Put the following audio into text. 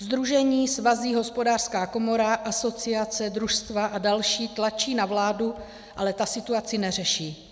Sdružení, svazy, Hospodářská komora, asociace, družstva a další tlačí na vládu, ale ta situaci neřeší.